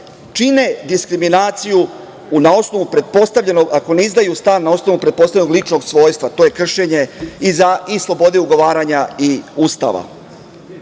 pretpostavljenog, ako ne izdaju stan na osnovu pretpostavljenog ličnog svojstva i to je kršenje i slobode ugovaranja i Ustava. Jako